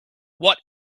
what